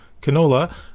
Canola